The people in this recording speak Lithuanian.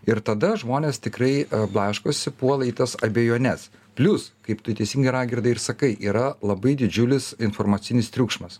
ir tada žmonės tikrai blaškosi puola į tas abejones plius kaip tu teisingai raigardai ir sakai yra labai didžiulis informacinis triukšmas